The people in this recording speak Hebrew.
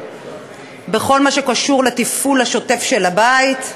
בכל מה שקשור לתפעול השוטף של הבית.